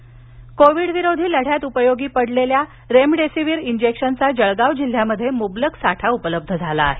remdesivir covid विरोधी लढ्यात उपयोगी ठरलेल्या रेमडेसिवीर इंजेक्शनचा जळगाव जिल्ह्यात मुबलक साठा उपलब्ध झाला आहे